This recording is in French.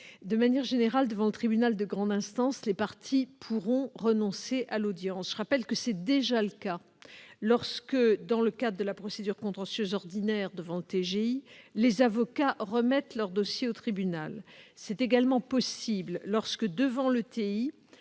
De manière générale, devant le tribunal de grande instance, les parties pourront renoncer à l'audience. Je rappelle que tel est déjà le cas lorsque, dans le cadre de la procédure contentieuse ordinaire, les avocats remettent leur dossier au tribunal. C'est également possible lorsque, devant le